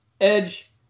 edge